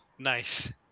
Nice